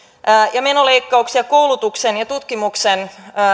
ja koulutukseen ja